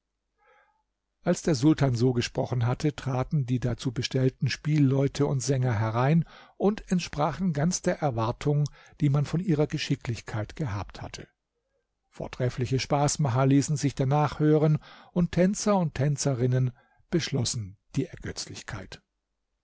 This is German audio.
als der sultan so gesprochen hatte traten die dazu bestellten spielleute und sänger herein und entsprachen ganz der erwartung die man von ihrer geschicklichkeit gehabt hatte vortreffliche spaßmacher ließen sich danach hören und tänzer und tänzerinnen beschlossen die ergötzlichkeit